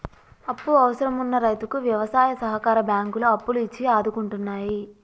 అప్పు అవసరం వున్న రైతుకు వ్యవసాయ సహకార బ్యాంకులు అప్పులు ఇచ్చి ఆదుకుంటున్నాయి